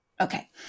Okay